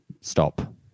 stop